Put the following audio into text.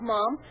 Mom